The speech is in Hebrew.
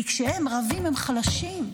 כי כשהם רבים, הם חלשים.